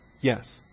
Yes